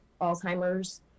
Alzheimer's